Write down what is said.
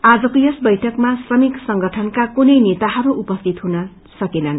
आजको यस बैठकमा श्रमिक संगठनका कुनै नेताहरू उपस्थित हुन सकेनन्